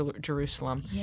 jerusalem